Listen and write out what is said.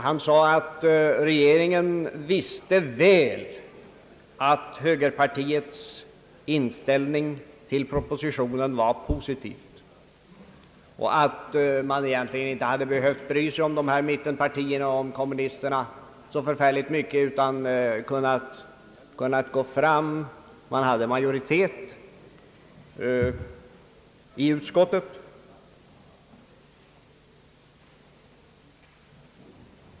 Han sade att re geringen visste väl att högerpartiets inställning till propositionen var positiv och att man egentligen inte hade behövt bry sig om mittenpartierna och kommunisterna så mycket, ty man hade majoritet i utskottet.